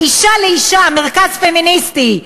"אישה לאישה" מרכז פמיניסטי,